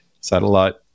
satellite